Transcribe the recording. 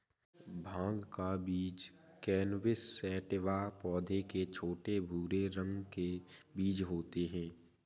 भाँग का बीज कैनबिस सैटिवा पौधे के छोटे, भूरे रंग के बीज होते है